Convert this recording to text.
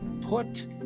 put